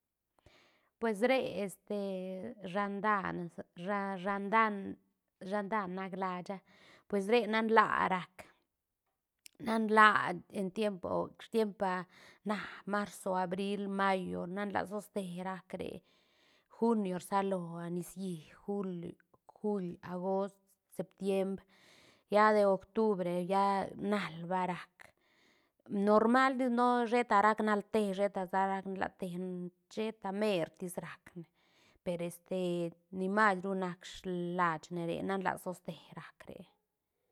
Pues re este shandan sha- shandan shandan nac lasha pues re nan laa rac nan laa en tiempo stiempa na marzo, abril, mayo, nan laa toste rac re junio sralo nicií juil- juil, agost, septiembr, lla de octubre lla nal barac normaltis no sheta rac nal te sheta sa rac dlate sheta mertis racne per este ni mahsru nac lashne re nan laa toste rac re.